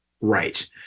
Right